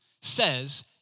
says